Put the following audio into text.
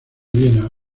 viena